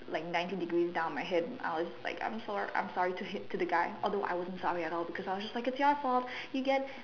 like ninety degrees down my head I was like I'm sorry I'm sorry to the him to the guy although I wasn't sorry at all because I was just like its your fault you get